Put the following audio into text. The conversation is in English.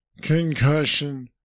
concussion